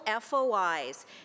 FOIs